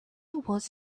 was